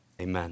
Amen